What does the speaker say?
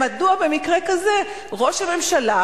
מדוע במקרה כזה ראש הממשלה,